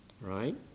Right